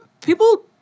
people